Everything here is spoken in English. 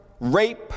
rape